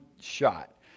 shot